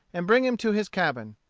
and bring him to his cabin.